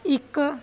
ਇੱਕ